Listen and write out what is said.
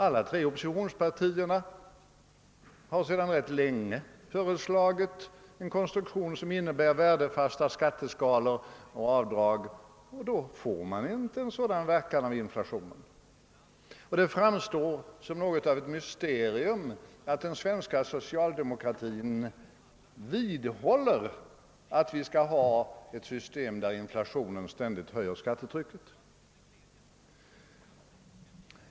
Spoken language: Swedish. Alla tre oppositionspartierna har sedan rätt länge föreslagit en konstruktion som innebär värdefasta skatteskalor och avdrag. Då får inflationen inte en sådan verkan. Det framstår som något av ett mysterium att den svenska socialdemokratin vidhåller att vi skall ha ett system där inflationen ständigt ökar skattetrycket.